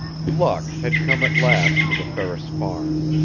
luck had come at last to the ferris farm.